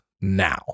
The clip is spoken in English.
now